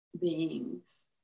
beings